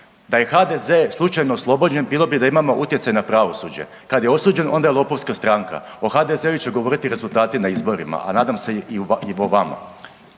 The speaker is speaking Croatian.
Da je HDZ-e slučajno oslobođen bilo bi da imamo utjecaj na pravosuđe. Kada je osuđen onda je lopovska stranka. O HDZ-u će govoriti rezultati na izborima, a nadam se i o vama.